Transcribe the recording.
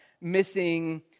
missing